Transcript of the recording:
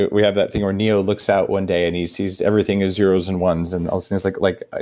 we have that thing where neo looks out one day and he sees everything as zeros and ones. and as soon as like. like ah